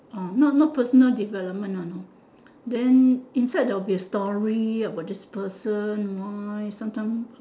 orh not not personal development ah no then inside there will be story about this person why sometime